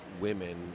Women